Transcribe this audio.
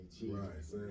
Right